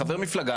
חבר מפלגה.